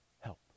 help